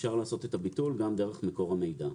אפשר לעשות את הביטול גם דרך מקור המידע.